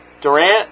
Durant